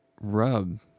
rub